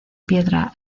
piedra